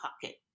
pocket